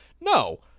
No